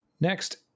next